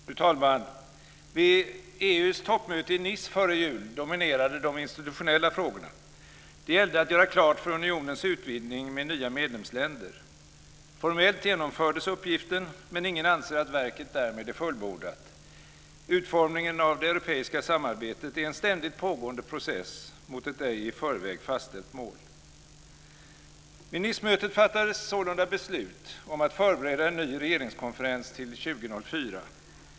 Fru talman! Vid EU:s toppmöte i Nice före jul dominerade de institutionella frågorna. Det gällde att göra klart för unionens utvidgning med nya medlemsländer. Formellt genomfördes uppgiften, men ingen anser att verket därmed är fullbordat. Utformningen av det europeiska samarbetet är en ständigt pågående process mot ett ej i förväg fastställt mål. Vid Nicemötet fattades sålunda beslut om att förbereda en ny regeringskonferens till 2004.